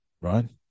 right